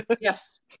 Yes